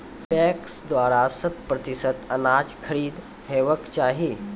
PACS द्वारा शत प्रतिसत अनाज खरीद हेवाक चाही?